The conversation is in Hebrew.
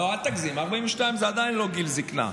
אל תגזים, 42 זה לא גיל זקנה.